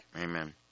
Amen